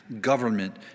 government